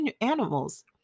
animals